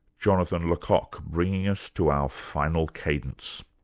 jonathan le cocq bringing us to our final cadence.